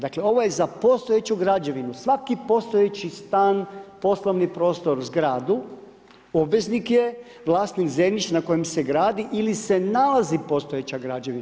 Dakle ovo je za postojeću građevinu, svaki postojeći stan, poslovni prostor, zgradu obveznik je vlasnik zemljišta na kojim se gradi ili se nalazi postojeća građevina.